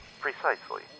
Precisely